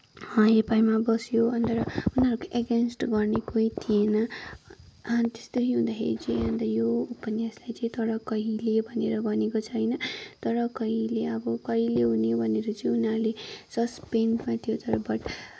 हेपाइमा बस्यो अनि त्यहाँबाट उनीहरूको एगेन्स्ट गर्ने कोही थिएन अनि त्यस्तरी हुँदाखेरि चाहिँ अन्त यो उपन्यासलाई चाहिँ तर कहिले भनेर भनिएको छ होइन तर कहिले अब कहिले हुने हो भनेर चाहिँ उनीहरूले सस्पेन्समा थियो तर बट